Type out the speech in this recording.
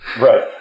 Right